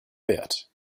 wert